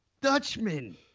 Dutchman